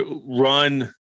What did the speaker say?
run